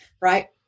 Right